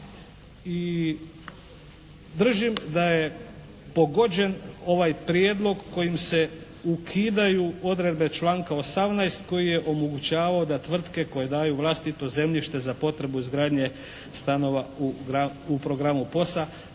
i držim da je pogođen ovaj prijedlog kojim se ukidaju odredbe članka 18. koji je omogućavao da tvrtke koje daju vlastito zemljište za potrebu izgradnje stanova u programu POS-a